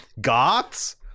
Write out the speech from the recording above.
Goths